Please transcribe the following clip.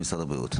משרד הבריאות.